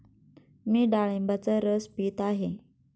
मी डाळिंबाचा रस पीत आहे